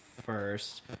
first